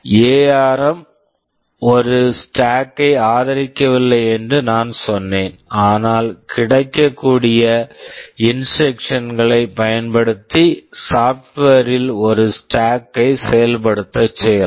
ARM ARM ஒரு stack stack கை ஆதரிக்கவில்லை என்று நான் சொன்னேன் ஆனால் கிடைக்கக்கூடிய இன்ஸ்ட்ரக்சன்ஸ் instructions களைப் பயன்படுத்தி சாப்ட்வேர் software ல் ஒரு ஸ்டேக் stack கை செயல்படுத்த செய்யலாம்